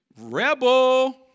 rebel